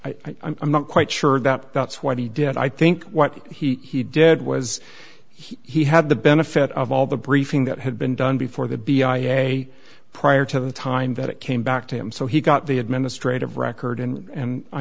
i'm not quite sure that that's why he did it i think what he did was he had the benefit of all the briefing that had been done before the b i m a prior to the time that it came back to him so he got the administrative record and